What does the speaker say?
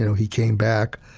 and he came back,